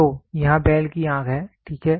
तो यहाँ बैल की आँख है ठीक है